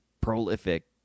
prolific